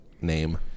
name